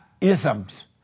isms